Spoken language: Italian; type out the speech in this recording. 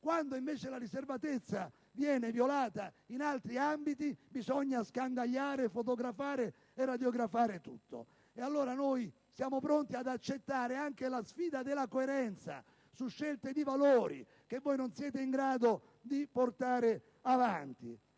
Quando invece la riservatezza viene violata in altri ambiti, bisogna scandagliare, fotografare e radiografare tutto. Noi allora siamo pronti ad accettare anche la sfida della coerenza, su scelte di valori, che voi non siete in grado di portare avanti.